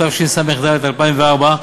התשס"ד 2004,